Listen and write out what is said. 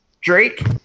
Drake